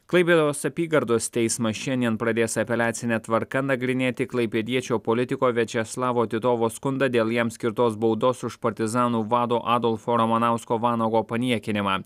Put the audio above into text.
klaipėdos apygardos teismas šiandien pradės apeliacine tvarka nagrinėti klaipėdiečio politiko viačeslavo titovo skundą dėl jam skirtos baudos už partizanų vado adolfo ramanausko vanago paniekinimą